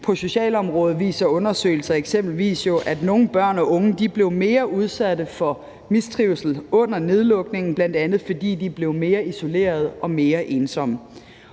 På socialområdet viser undersøgelser eksempelvis jo, at nogle børn og unge blev mere udsatte for mistrivsel under nedlukningen, bl.a. fordi de blev mere isoleret og mere ensomme.